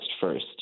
first